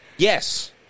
Yes